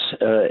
Yes